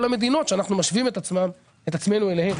המדינות שאנחנו משווים את עצמנו אליהם,